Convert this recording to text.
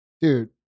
Dude